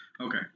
Okay